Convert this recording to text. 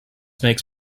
makes